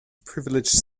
privileged